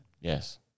Yes